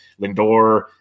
Lindor